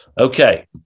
Okay